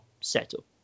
setup